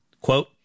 quote